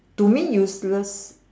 to me useless